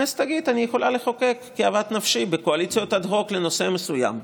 הכנסת תגיד: אני יכולה לחוקק כאוות נפשי בקואליציות אד-הוק לנושא מסוים.